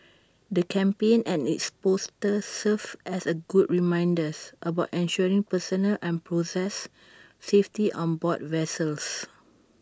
the campaign and its posters serve as A good reminders about ensuring personal and process safety on board vessels